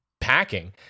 packing